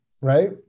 right